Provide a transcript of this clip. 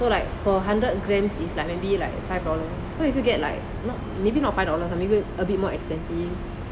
so like for a hundred grams is like maybe like five dollars so if you get like maybe not five dollars maybe a bit more expensive